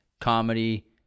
comedy